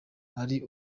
ari